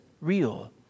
real